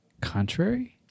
contrary